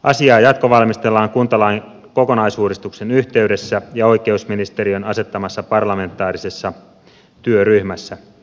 asiaa jatkovalmistellaan kuntalain kokonaisuudistuksen yhteydessä ja oikeusministeriön asettamassa parlamentaarisessa työryhmässä